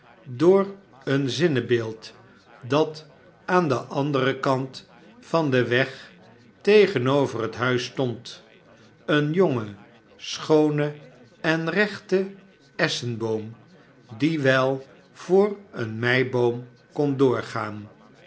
door een zinnebeeld dat aan den anderen kant van den weg tegenover het huis stond een jonge schoone en rechte esschenboom die wel voor een meiboom kon doorgaan